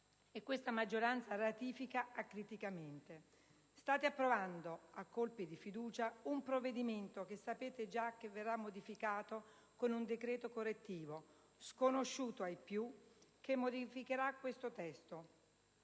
e questa maggioranza ratifica acriticamente. Voi state approvando a colpi di fiducia un provvedimento che sapete già verrà modificato con un decreto correttivo, sconosciuto ai più, che modificherà questo testo.